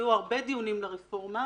והיו הרבה דיונים לרפורמה,